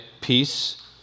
peace